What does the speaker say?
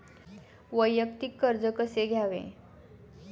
वैयक्तिक कर्ज कसे घ्यावे?